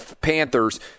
Panthers